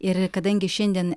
ir kadangi šiandien